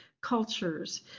cultures